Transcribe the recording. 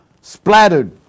splattered